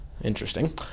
Interesting